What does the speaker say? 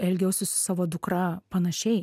elgiausi su savo dukra panašiai